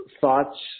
thoughts